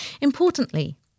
Importantly